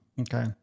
Okay